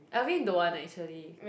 Alvin don't want eh actually